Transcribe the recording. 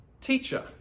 teacher